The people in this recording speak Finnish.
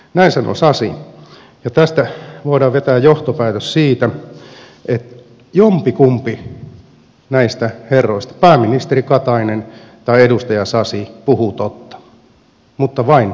näin sanoi sasi ja tästä voidaan vetää se johtopäätös että jompikumpi näistä herroista pääministeri katainen tai edustaja sasi puhuu totta mutta vain toinen